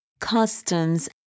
customs